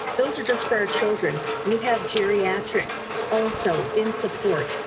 those are just for our children. we have geriatrics also in support.